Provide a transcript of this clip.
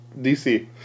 DC